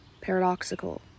paradoxical